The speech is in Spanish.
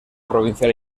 provincial